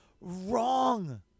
Wrong